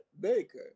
Baker